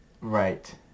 Right